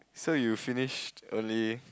so you finished early